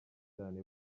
cyane